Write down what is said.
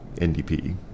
NDP